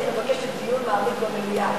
אז הייתי מבקשת דיון מעמיק במליאה,